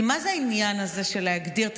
כי מה זה העניין הזה של להגדיר את